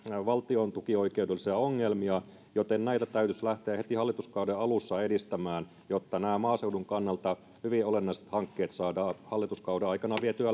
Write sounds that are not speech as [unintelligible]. valtiontukioikeudellisia ongelmia joten näitä täytyisi lähteä heti hallituskauden alussa edistämään jotta nämä maaseudun kannalta hyvin olennaiset hankkeet saadaan hallituskauden aikana vietyä [unintelligible]